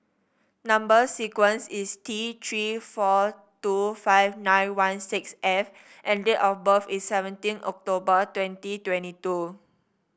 number sequence is T Three four two five nine one six F and date of birth is seventeen October twenty twenty two